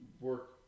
work